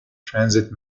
transit